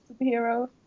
superheroes